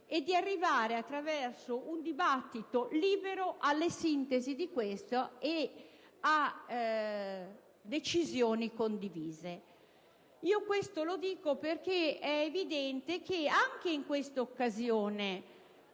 e di arrivare, attraverso un dibattito libero, alle sintesi di questo e a decisioni condivise. Dico ciò, perché è evidente che, anche in questa occasione,